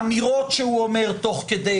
פוליטי ולהעמיס אותו על גב הדין הפלילי.